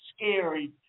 scary